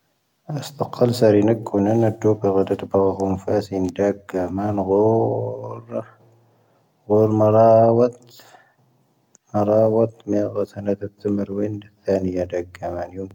ⴰⵙⵜⴰⴽⴰⵍ ⵅⴰⵔⵉⵏⴰⴳ ⴽⵓⵏⴰⵏ ⴰⴷⵓⴱ o'ⴳⵀⴰⴷ ⴰⴷⴰⴱ o' ⵀoⵎⴼⴰⵉⵙⵉⵏ ⴷⴰⴳⵀ o' ⵏⴳⴰ ⵎⴰⵏ ⵀooⵀ. ⵀooⵀ ⵎⴻⵔⴰ ⵡⴰⵜ. ⵎⴻⵔⴰ ⵡⴰⵜ ⵎⴻ' ⴰⵡoⵙⵀⴰⵏ ⴰⴷⴰⴱ ⵜⵓⵎⴻⵔⵡⵉⵏⴷ ⵜⴰⵏⵉⵢⴻ ⴷⴰⴳⵀ o' ⵏⴳⴰⵏ ⵢⵓⵏⴳ.